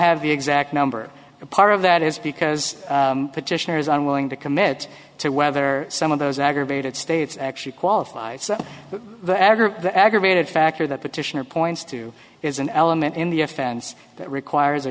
have the exact number a part of that is because petitioners unwilling to commit to whether some of those aggravated states actually qualify so the ag or the aggravated factor that petitioner points to is an element in the offense that requires a